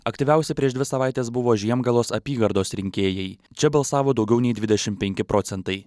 aktyviausi prieš dvi savaites buvo žiemgalos apygardos rinkėjai čia balsavo daugiau nei dvidešimt penki procentai